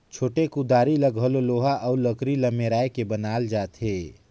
छोटे कुदारी ल घलो लोहा अउ लकरी ल मेराए के बनाल जाथे